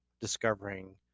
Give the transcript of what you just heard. discovering